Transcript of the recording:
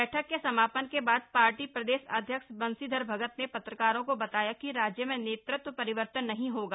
बैठक के समापन के बाद पार्टी प्रदेश अध्यक्ष बंशीधर भगत ने पत्रकारों को बताया कि राज्य में नेतृत्व परिवर्तन नहीं होगा